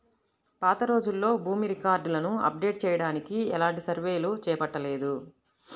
పాతరోజుల్లో భూమి రికార్డులను అప్డేట్ చెయ్యడానికి ఎలాంటి సర్వేలు చేపట్టలేదు